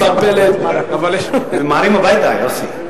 הם ממהרים הביתה, יוסי.